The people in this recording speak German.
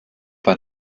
bei